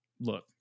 look